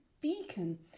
beacon